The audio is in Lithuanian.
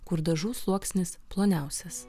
kur dažų sluoksnis ploniausias